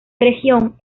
región